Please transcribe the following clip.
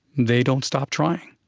they don't stop trying.